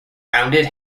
bounded